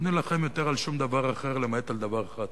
לא נילחם יותר על שום דבר אחר, למעט על דבר אחד,